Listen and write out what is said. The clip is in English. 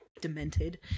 demented